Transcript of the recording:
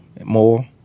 more